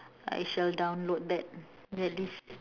I shall download that that list